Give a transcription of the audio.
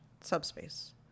subspace